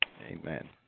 amen